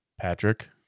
Patrick